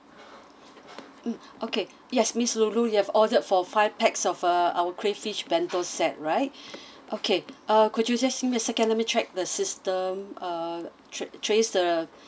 mm okay yes miss loulou you have ordered for five packs of uh our crayfish bento set right okay uh could you just give me a second let me check the system uh tra~ trace the